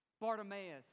Bartimaeus